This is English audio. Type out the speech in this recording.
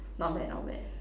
not bad not bad